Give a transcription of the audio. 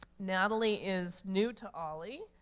natalie is new to olli,